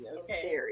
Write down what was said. okay